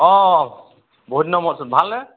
অঁ বহুত মূৰতচোন ভালনে